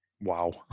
Wow